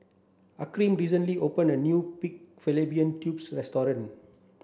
Hakeem recently opened a new pig fallopian tubes restaurant